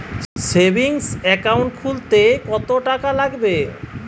Savings account খুলতে কতটাকা লাগবে?